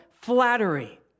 flattery